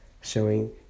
showing